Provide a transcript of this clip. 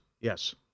yes